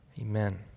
Amen